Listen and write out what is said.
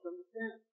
Understand